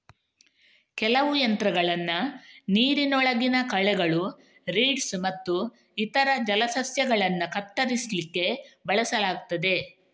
ಕೆಲವು ಯಂತ್ರಗಳನ್ನ ನೀರಿನೊಳಗಿನ ಕಳೆಗಳು, ರೀಡ್ಸ್ ಮತ್ತು ಇತರ ಜಲಸಸ್ಯಗಳನ್ನ ಕತ್ತರಿಸ್ಲಿಕ್ಕೆ ಬಳಸಲಾಗ್ತದೆ